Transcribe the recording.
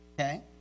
Okay